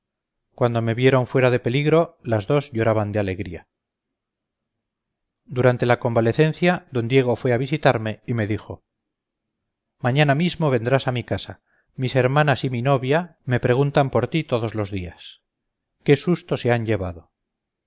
cuando me vieron fuera de peligro las dos lloraban de alegría durante la convalecencia d diego fue a visitarme y me dijo mañana mismo vendrás a mi casa mis hermanas y mi novia me preguntan por ti todos los días qué susto se han llevado